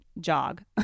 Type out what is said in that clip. jog